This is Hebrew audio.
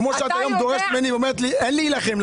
כמו שאת אומרת היום אין להילחם.